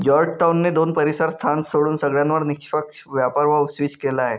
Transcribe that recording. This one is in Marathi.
जॉर्जटाउन ने दोन परीसर स्थान सोडून सगळ्यांवर निष्पक्ष व्यापार वर स्विच केलं आहे